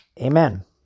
Amen